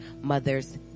mother's